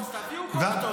אז תביאו חוק טוב.